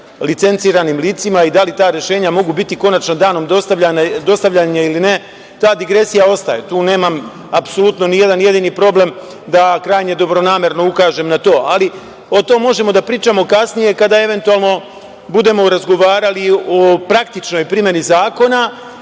licenciranim licima i da li ta rešenja mogu biti konačno danom dostavljena ili ne, ta digresija ostaje. Tu nemam apsolutno ni jedan jedini problem da krajnje dobronamerno ukažem na to. Ali, o tome možemo da pričamo kasnije, kada eventualno budemo razgovarali i o praktičnoj primeni zakona